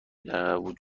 وجود